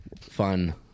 fun